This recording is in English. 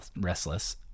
restless